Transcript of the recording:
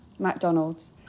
mcdonald's